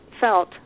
felt